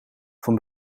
van